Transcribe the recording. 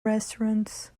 restaurants